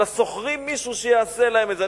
אלא שוכרים מישהו שיעשה להם את זה.